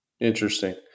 Interesting